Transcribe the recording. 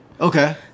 Okay